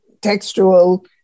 textual